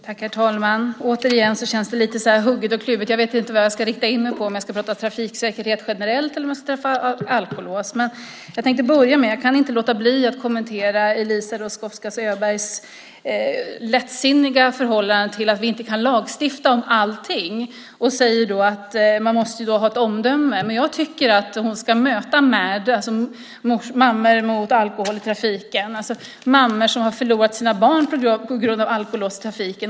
Herr talman! Återigen känns det lite kluvet. Jag vet inte vad jag ska rikta in mig på. Ska jag prata trafiksäkerhet generellt, eller ska jag prata om alkolås? Jag kan dock inte låta bli att kommentera Eliza Roszkowska Öbergs lättsinniga förhållande till att vi inte kan lagstifta om allting. Hon säger att man måste ha omdöme. Jag tycker att hon ska möta MADD, mammor mot alkohol i trafiken. Det är mammor som har förlorat sina barn på grund av alkohol i trafiken.